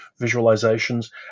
visualizations